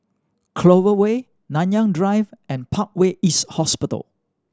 Clover Way Nanyang Drive and Parkway East Hospital